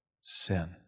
sin